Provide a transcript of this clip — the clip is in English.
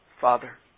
Father